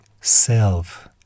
self